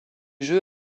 jeu